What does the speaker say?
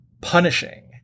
punishing